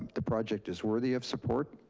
um the project is worthy of support.